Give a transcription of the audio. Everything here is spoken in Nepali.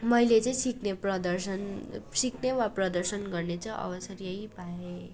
मैले चाहिँ सिक्ने प्रदर्शन सिक्ने वा प्रदर्शन गर्ने चाहिँ अवसर यही पाएँ